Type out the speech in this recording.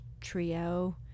trio